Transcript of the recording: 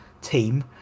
team